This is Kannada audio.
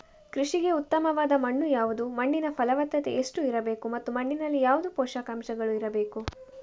ಕೃಷಿಗೆ ಉತ್ತಮವಾದ ಮಣ್ಣು ಯಾವುದು, ಮಣ್ಣಿನ ಫಲವತ್ತತೆ ಎಷ್ಟು ಇರಬೇಕು ಮತ್ತು ಮಣ್ಣಿನಲ್ಲಿ ಯಾವುದು ಪೋಷಕಾಂಶಗಳು ಇರಬೇಕು?